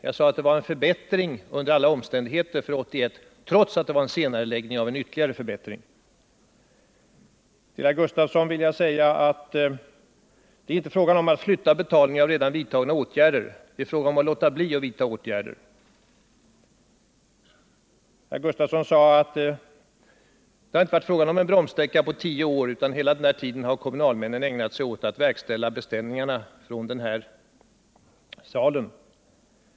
Jag sade att det var en förbättring under alla omständigheter för 1981, trots att det innebar en senareläggning av en ytterligare förbättring. Jag vill ytterligare säga att det inte är fråga om att flytta betalning av redan vidtagna åtgärder. Det är fråga om att låta bli att vidta åtgärder. Herr Gustafsson sade att det inte varit fråga om en bromssträcka på tio år, utan hela tiden har kommunalmännen ägnat sig åt att verkställa beställningar från den här salen.